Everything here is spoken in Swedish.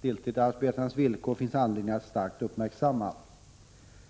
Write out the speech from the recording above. Deltidsarbetarens villkor finns det anledning att starkt uppmärksamma.